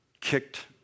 kicked